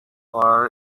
for